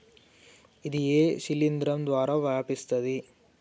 ఇది ఏ శిలింద్రం ద్వారా వ్యాపిస్తది?